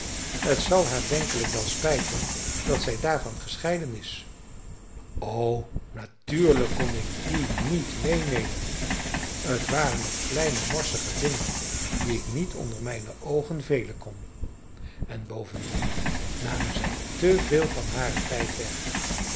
het zal haar denkelijk wel spijten dat zij daarvan gescheiden is o natuurlijk kon ik die niet meenemen het waren nog kleine morsige dingen die ik niet onder mijne oogen velen kon en bovendien namen zij te veel van haren tijd weg